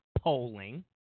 polling